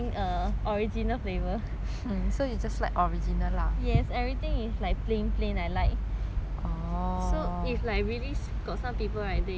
yes everything is like plain plain I like so like really got some people order got a lot of sugar for me